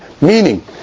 meaning